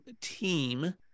team